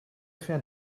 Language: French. fait